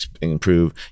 improve